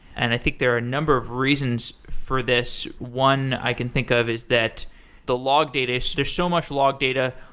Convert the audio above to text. and i think there are number of reasons for this. one i can think of is that the log data, there's so much log data.